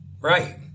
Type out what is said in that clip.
right